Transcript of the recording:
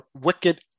wicked